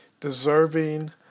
Deserving